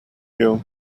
you